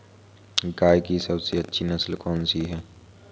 गाय की सबसे अच्छी नस्ल कौनसी है?